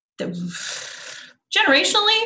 generationally